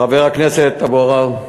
חבר הכנסת אבו עראר,